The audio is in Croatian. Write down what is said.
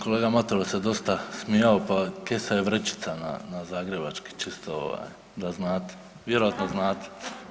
Kolega Matula se dosta smijao, pa kesa je vrećica na, na zagrebački, čisto ovaj da znate, vjerojatno znate.